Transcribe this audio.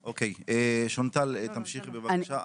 שונטל, תמשיכי בבקשה.